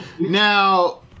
Now